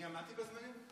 אני עמדתי בזמנים?